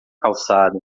calçada